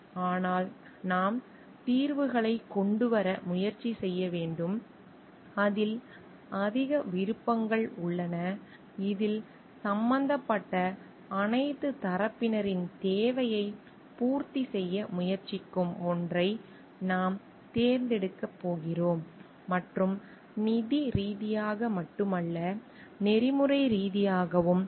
ஆனால் நாம் தீர்வுகளை கொண்டு வர முயற்சி செய்ய வேண்டும் அதில் அதிக விருப்பங்கள் உள்ளன இதில் சம்பந்தப்பட்ட அனைத்து தரப்பினரின் தேவையை பூர்த்தி செய்ய முயற்சிக்கும் ஒன்றை நாம் தேர்ந்தெடுக்கப் போகிறோம் மற்றும் நிதி ரீதியாக மட்டுமல்ல நெறிமுறை ரீதியாகவும் நன்றாக இருப்பார்கள்